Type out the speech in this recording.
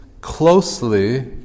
closely